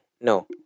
no